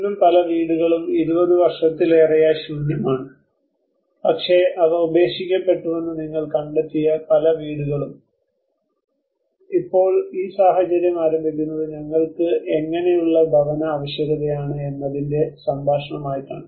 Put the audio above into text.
ഇന്നും പല വീടുകളും 20 വർഷത്തിലേറെയായി ശൂന്യമാണ് പക്ഷേ അവ ഉപേക്ഷിക്കപ്പെട്ടുവെന്ന് നിങ്ങൾ കണ്ടെത്തിയ പല വീടുകളും ഇപ്പോൾ ഈ സാഹചര്യം ആരംഭിക്കുന്നത് ഞങ്ങൾക്ക് എങ്ങനെയുള്ള ഭവന ആവശ്യകതയാണ് എന്നതിന്റെ സംഭാഷണമായിട്ടാണ്